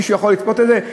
מישהו יכול לצפות את זה?